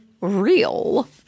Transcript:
real